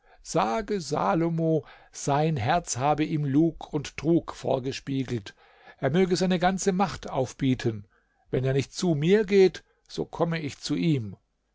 sage salomo sein herz habe ihm lug und trug vorgespiegelt er möge seine ganze macht aufbieten wenn er nicht zu mir geht so komme ich zu ihm